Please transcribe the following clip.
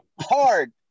hard